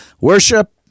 Worship